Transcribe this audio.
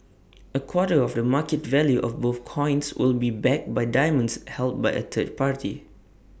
A quarter of the market value of both coins will be backed by diamonds held by A third party